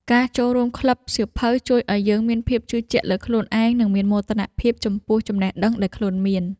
ការចូលរួមក្លឹបសៀវភៅជួយឱ្យយើងមានភាពជឿជាក់លើខ្លួនឯង និងមានមោទនភាពចំពោះចំណេះដឹងដែលខ្លួនមាន។